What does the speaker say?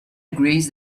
agrees